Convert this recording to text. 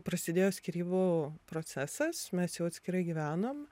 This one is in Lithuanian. prasidėjo skyrybų procesas mes jau atskirai gyvenom